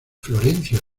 florencio